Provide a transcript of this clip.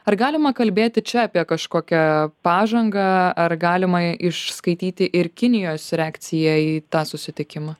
ar galima kalbėti čia apie kažkokią pažangą ar galima išskaityti ir kinijos reakciją į tą susitikimą